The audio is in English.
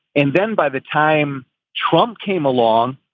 and then by the time trump came along,